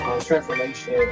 Transformation